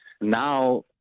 Now